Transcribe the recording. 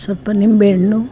ಸ್ವಲ್ಪ ಲಿಂಬೆಹಣ್ಣು